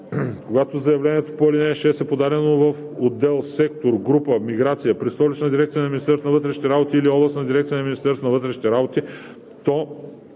Когато заявлението по ал. 6 е подадено в отдел/сектор/група „Миграция“ при Столичната дирекция на Министерството на вътрешните работи или областните дирекции на Министерството на вътрешните работи,